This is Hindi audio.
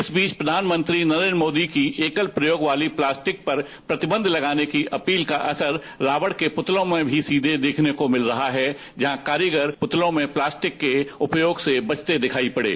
इस बीच प्रधानमंत्री नरेंद्र मोदी की एकल प्रयोग वाली प्लास्टिक पर प्रतिबंध लगाने की अपील का असर रावण के पूतलो में सीधा देखने को मिल रहा है जहां कारीगर पुतलो में प्लास्टिक के उपयोग से बचते दिखाई पड़े